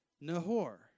Nahor